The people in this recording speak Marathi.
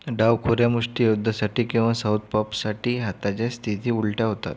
डावखोऱ्या मुष्टियोद्ध्यासाठी किंवा साउथपॉप्ससाठी हाताच्या स्थिती उलट्या होतात